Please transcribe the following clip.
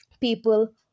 people